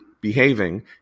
behaving